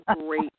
great